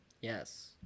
Yes